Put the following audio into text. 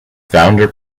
founder